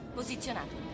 posizionato